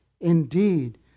indeed